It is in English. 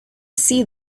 see